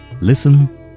Listen